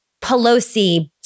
Pelosi